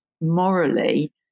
morally